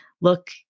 look